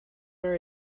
are